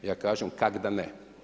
Ja kažem kak' da ne!